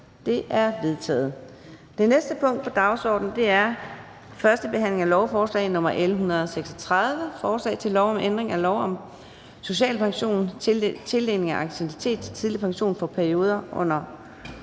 Det er vedtaget. --- Det næste punkt på dagsordenen er: 18) 1. behandling af lovforslag nr. L 136: Forslag til lov om ændring af lov om social pension. (Tildeling af anciennitet til tidlig pension for perioder under